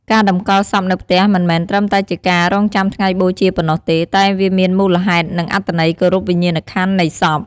ការតម្កល់សពនៅផ្ទះមិនមែនត្រឹមតែជាការរង់ចាំថ្ងៃបូជាប៉ុណ្ណោះទេ តែវាមានមូលហេតុ និងអត្ថន័យគោរពវិញ្ញាណក្ខន្ធនៃសព។